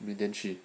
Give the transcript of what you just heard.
明年去